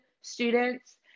students